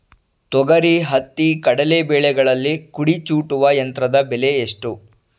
ತೊಗರಿ, ಹತ್ತಿ, ಕಡಲೆ ಬೆಳೆಗಳಲ್ಲಿ ಕುಡಿ ಚೂಟುವ ಯಂತ್ರದ ಬೆಲೆ ಎಷ್ಟು?